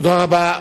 תודה רבה.